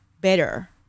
better